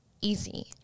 easy